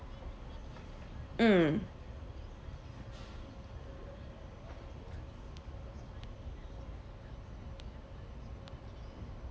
mm